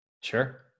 sure